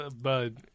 Bud